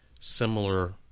similar